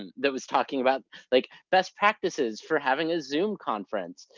and that was talking about like best practices for having a zoom conference.